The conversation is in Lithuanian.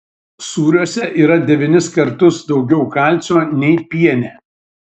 sūriuose yra devynis kartus daugiau kalcio nei piene